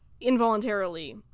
involuntarily